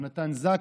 יונתן זקס.